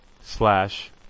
slash